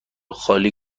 خالی